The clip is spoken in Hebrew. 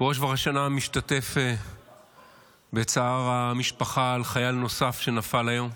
בראש ובראשונה אני משתתף בצער המשפחה על חייל נוסף שנפל היום.